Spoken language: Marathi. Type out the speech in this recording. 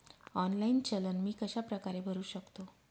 ऑनलाईन चलन मी कशाप्रकारे भरु शकतो?